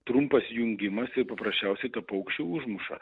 trumpas jungimas ir paprasčiausiai tą paukštį užmuša